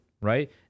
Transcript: right